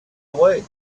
away